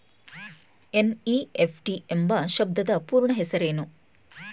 NEFT ಎಂಬ ಶಬ್ದದ ಪೂರ್ಣ ಹೆಸರೇನು?